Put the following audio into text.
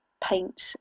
Paints